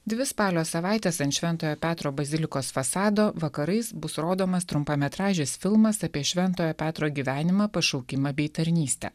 dvi spalio savaites ant šventojo petro bazilikos fasado vakarais bus rodomas trumpametražis filmas apie šventojo petro gyvenimą pašaukimą bei tarnystę